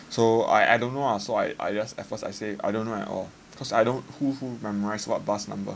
so I I don't know lah so I I just at first I say I don't know at all because I don't who who memorize what bus number